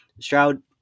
Stroud